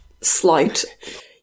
slight